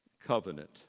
covenant